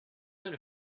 going